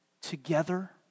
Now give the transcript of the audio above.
together